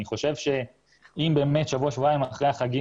אני חושב ששבוע-שבועיים אחרי החגים